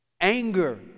Anger